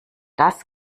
das